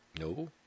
No